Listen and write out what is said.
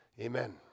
Amen